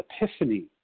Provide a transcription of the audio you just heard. epiphany